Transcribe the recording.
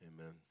amen